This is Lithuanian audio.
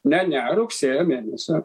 ne ne rugsėjo mėnesio